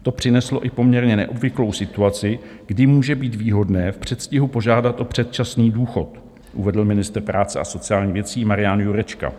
To přineslo i poměrně neobvyklou situaci, kdy může být výhodné v předstihu požádat o předčasný důchod, uvedl ministr práce a sociálních věcí Marian Jurečka.